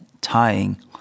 tying